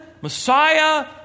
Messiah